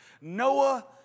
Noah